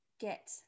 get